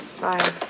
Bye